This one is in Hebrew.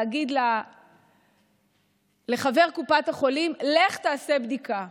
להגיד לחבר קופת החולים: לך תעשה בדיקה.